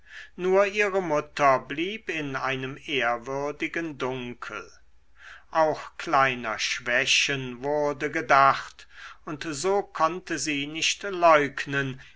nur ihre mutter blieb in einem ehrwürdigen dunkel auch kleiner schwächen wurde gedacht und so konnte sie nicht leugnen